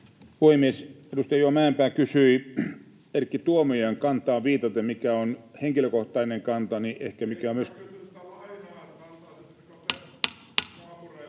Edustaja Juha Mäenpää kysyi Erkki Tuomiojan kantaan viitaten, mikä on henkilökohtainen kantani,